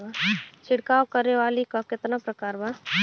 छिड़काव करे वाली क कितना प्रकार बा?